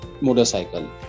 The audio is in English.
motorcycle